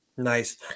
Nice